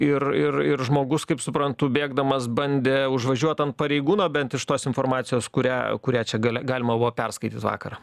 ir ir ir žmogus kaip suprantu bėgdamas bandė užvažiuot ant pareigūno bent iš tos informacijos kurią kurią čia gale galima buvo perskaityt vakar